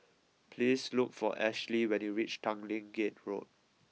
please look for Ashlee when you reach Tanglin Gate Road